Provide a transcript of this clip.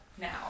now